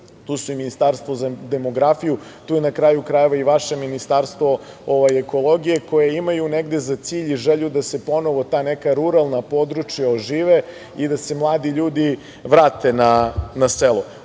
tu su i Ministarstvo za demografiju, tu je na kraju krajeva i vaše Ministarstvo ekologije, koji imaju negde za cilj i želju da se ponovo ta neka ruralna područja ožive i da se mladi ljudi vrate na